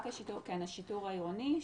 רק על השיטור העירוני,